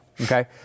okay